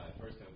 first